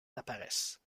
apparaissent